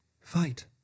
Fight